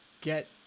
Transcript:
Get